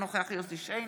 אינו נוכח יוסף שיין,